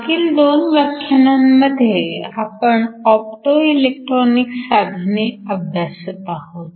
मागील दोन व्याख्यानांमध्ये आपण ऑप्टोइलेक्ट्रॉनिक साधने अभ्यासत आहोत